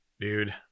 Dude